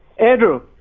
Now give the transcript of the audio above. andrew.